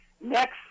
next